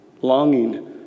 longing